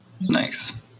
Nice